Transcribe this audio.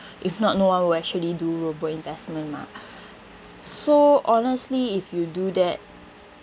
if not no one will actually do robo investment mah so honestly if you do that